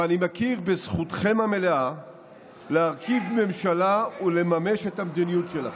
ואני מכיר בזכותכם המלאה להרכיב ממשלה ולממש את המדיניות שלכם,